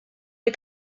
les